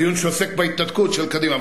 בדיון שעוסק בהתנתקות של קדימה,